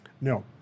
No